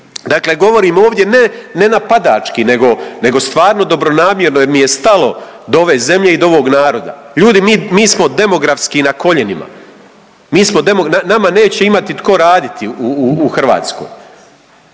Dakle, govorim ovdje ne napadački nego stvarno dobronamjerno jer mi je stalo do ove zemlje i do ovog naroda. Ljudi mi smo demografski na koljenima, mi smo nama neće imati tko raditi u Hrvatskoj.